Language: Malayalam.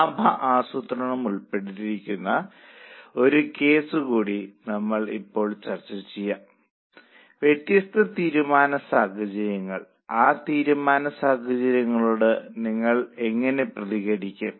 ലാഭ ആസൂത്രണം ഉൾപ്പെട്ടിരിക്കുന്ന ഒരു കേസ് കൂടി നമുക്ക് ഇപ്പോൾ ചെയ്യാം വ്യത്യസ്ത തീരുമാന സാഹചര്യങ്ങൾ ആ തീരുമാന സാഹചര്യങ്ങളോട് നിങ്ങൾ എങ്ങനെ പ്രതികരിക്കും